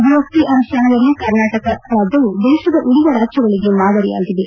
GST ಅನುಷ್ಠಾನದಲ್ಲಿ ಕರ್ನಾಟಕ ರಾಜ್ಯವು ದೇಶದ ಉಳಿದ ರಾಜ್ಯಗಳಿಗೆ ಮಾದರಿಯಾಗಿದೆ